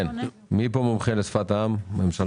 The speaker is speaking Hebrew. מי פה מומחה לשפת העם מנציגי הממשלה?